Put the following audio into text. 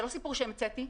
זה לא סיפור שהמצאתי.